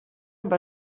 amb